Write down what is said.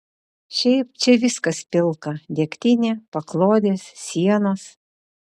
šiaip čia viskas pilka degtinė paklodės sienos